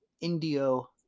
Indio